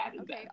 Okay